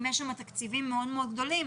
אם יש שם תקציבים מאוד מאוד גדולים,